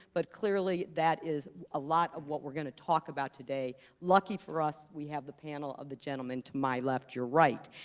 but clearly that is a lot of what we're gonna talk about today. lucky for us, we have the panel of the gentlemen to my left, your right.